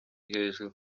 hejuru